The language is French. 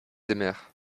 aimèrent